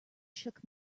shook